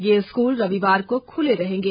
ये स्कूल रविवार को खुले रहेंगे